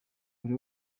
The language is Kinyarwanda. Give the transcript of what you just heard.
buri